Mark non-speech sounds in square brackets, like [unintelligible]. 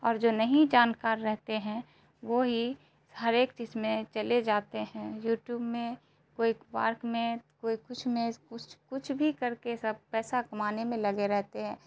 اور جو نہیں جانکار رہتے ہیں وہی ہر ایک چیز میں چلے جاتے ہیں یوٹیوب میں کوئی پارک میں کوئی کچھ میں [unintelligible] کچھ بھی کر کے سب پیسہ کمانے میں لگے رہتے ہیں